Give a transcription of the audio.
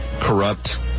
corrupt